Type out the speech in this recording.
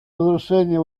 разрушения